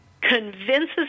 convinces